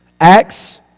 Acts